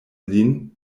lin